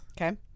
Okay